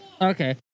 Okay